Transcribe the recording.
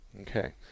Okay